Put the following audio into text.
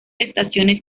estaciones